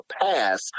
pass